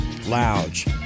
Lounge